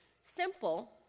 Simple